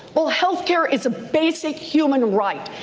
well, health care is a basic human right.